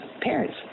parents